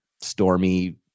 stormy